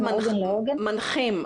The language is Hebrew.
את אומרת מנחים.